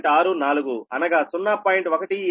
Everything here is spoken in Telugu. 64 అనగా 0